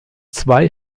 zwei